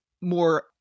more